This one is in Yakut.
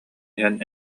иһэн